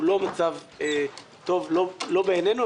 הוא לא מצב טוב לא בעינינו,